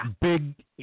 big